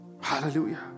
Hallelujah